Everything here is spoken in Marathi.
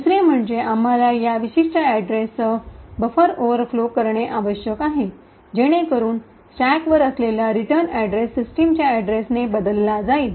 दुसरे म्हणजे आम्हाला या विशिष्ट अड्रेससह बफर ओव्हरफ्लो करणे आवश्यक आहे जेणेकरून स्टॅकवर असलेला रिटर्न अड्रेस सिस्टमच्या अड्रेसने बदलला जाईल